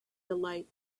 delight